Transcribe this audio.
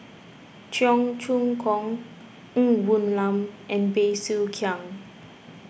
Cheong Choong Kong Ng Woon Lam and Bey Soo Khiang